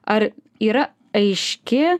ar yra aiški